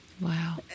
Wow